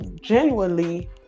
genuinely